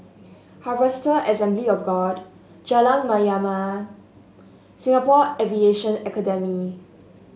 Harvester Assembly of God Jalan Mayaanam Singapore Aviation Academy